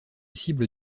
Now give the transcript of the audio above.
cible